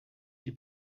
die